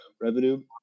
revenue